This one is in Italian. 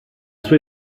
sua